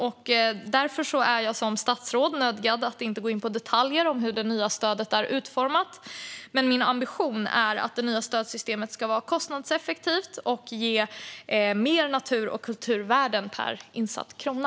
Därför är jag som statsråd nödgad att inte gå in på detaljer om hur det nya stödet är utformat, men min ambition är att det nya stödsystemet ska vara kostnadseffektivt och ge mer natur och kulturvärden per insatt krona.